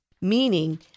Meaning